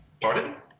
pardon